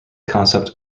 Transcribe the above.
concept